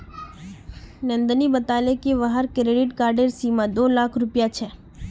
नंदनी बताले कि वहार क्रेडिट कार्डेर सीमा दो लाख रुपए छे